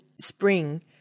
spring